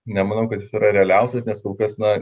nemanau kad jis yra realiausias nes kol kas na